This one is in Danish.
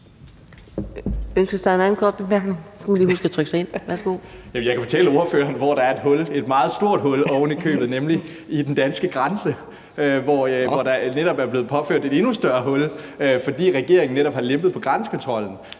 Jeg kan fortælle ordføreren, hvor der er et hul, ovenikøbet et meget stort hul, nemlig i den danske grænse, hvor der netop er blevet påført et endnu større hul, fordi regeringen har lempet på grænsekontrollen.